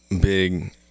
big